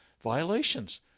violations